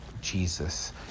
Jesus